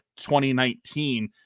2019